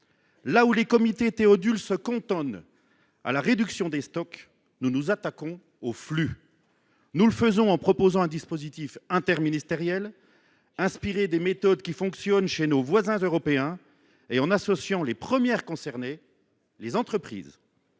Là où les comités Théodule se cantonnent à la réduction des stocks, nous nous attaquons au flux. Nous le faisons en proposant un dispositif interministériel, inspiré des méthodes qui fonctionnent chez nos voisins européens, et en associant les premières concernées : les entreprises.